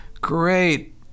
great